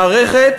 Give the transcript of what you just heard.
מערכת